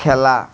খেলা